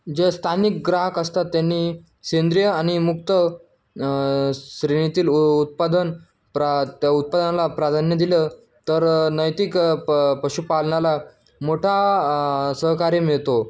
जे स्थानिक ग्राहक असतात त्यांनी सेंद्रिय आणि मुक्त श्रेणीतील उ उत्पादन प्रा त्या उत्पादनाला प्राधान्य दिलं तर नैतिक प पशुपालनाला मोठा सहकार्य मिळतो